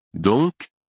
Donc